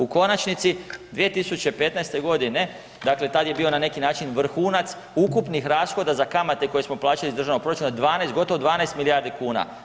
U konačnici, 2015. g., dakle tad je bio na neki način vrhunac ukupnih rashoda za kamate koje smo plaćali iz državnog proračuna, 12, gotovo 12 milijardi kuna.